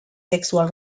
sexual